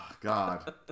God